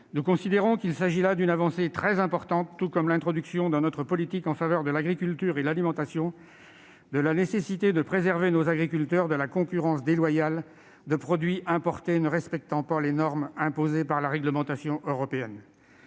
territoires ruraux. Il s'agit d'une avancée très importante, au même titre que l'introduction dans notre politique en faveur de l'agriculture et de l'alimentation de la nécessité de préserver nos agriculteurs de la concurrence déloyale des produits importés ne respectant pas les normes imposées par la réglementation européenne.